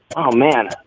oh, man